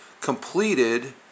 completed